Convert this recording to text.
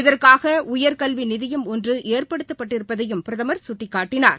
இதற்காக உயர்கல்வி நிதியம் ஒன்று ஏற்படுத்தப்பட்டிருப்பதையும் பிரதமர் கட்டிக்காட்டினார்